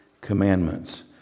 commandments